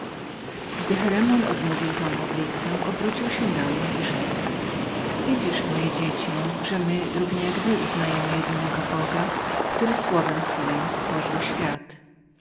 gdy cheremon odmówił swoją modlitwę obrócił się do mnie i rzekł widzisz moje dziecię że my równie jak wy uznajemy jedynego boga który słowem swojem stworzył świat